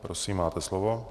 Prosím, máte slovo.